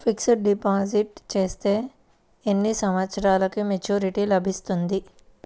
Fixed deposit చేస్తే ఎన్ని సంవత్సరంకు మెచూరిటీ లభిస్తుంది?